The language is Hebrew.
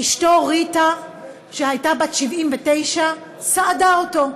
אשתו ריטה, שהייתה בת 79, סעדה אותו.